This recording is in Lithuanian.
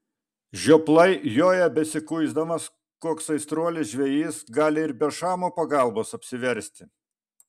žioplai joje besikuisdamas koks aistruolis žvejys gali ir be šamo pagalbos apsiversti